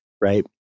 right